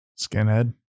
skinhead